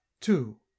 two